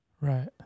Right